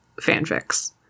fanfics